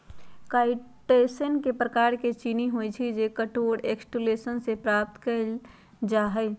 chitosan एक प्रकार के चीनी हई जो कठोर एक्सोस्केलेटन से प्राप्त कइल जा हई